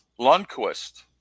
Lundquist